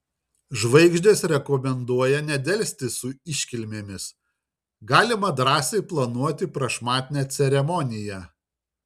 žvaigždės rekomenduoja nedelsti su iškilmėmis galima drąsiai planuoti prašmatnią ceremoniją